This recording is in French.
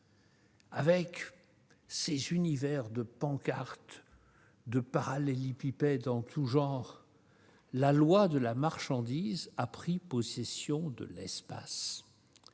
avec ces univers de pancartes, de parallélépipèdes en tout genre, on comprend que la loi de la marchandise a pris possession de l'espace.